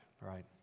right